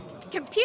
Computer